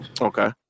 Okay